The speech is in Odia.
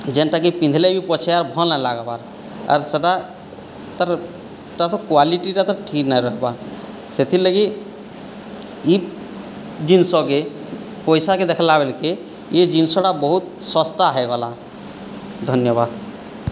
ଯେଉଁଟାକି ପିନ୍ଧିଲେବି ପଛେ ଆର୍ ଭଲ ନାହିଁ ଲାଗିବାର ଆର୍ ସେଇଟା ତା'ର ତା'ର ତ କ୍ୱାଲିଟିଟା ତ ଠିକ୍ ନାହିଁ ରହିବାର ସେଥିଲାଗି ଏହି ଜିନିଷକୁ ପଇସାକୁ ଦେଖିଲା ବେଳକୁ ଏ ଜିନିଷଟା ବହୁତ ଶସ୍ତା ହୋଇଗଲା ଧନ୍ୟବାଦ